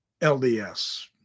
LDS